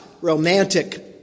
romantic